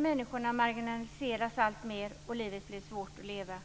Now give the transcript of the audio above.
Människor marginaliseras alltmer, och livet blir svårt att leva.